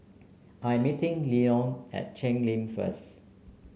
I am meeting Lenon at Cheng Lim first